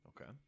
Okay